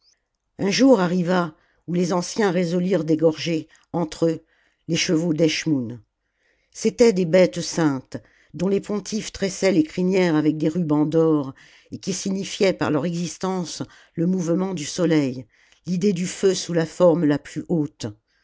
un jour arriva où les anciens résolurent d'égorger entre eux les chevaux d'eschmoûn c'étaient des bêtes saintes dont les pontifes tressaient les crinières avec des rubans d'or et qui signifiaient par leur existence le mouvement du soleil l'idée du feu sous la forme la plus haute